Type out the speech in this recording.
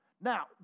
Now